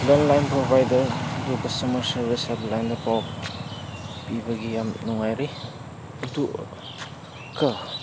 landline provider ꯑꯗꯨ customer service help ꯂꯥꯏꯟꯗ ꯄꯥꯎ ꯄꯤꯕꯒꯤ ꯌꯥꯝ ꯅꯨꯡꯉꯥꯏꯔꯤ ꯑꯗꯨꯒ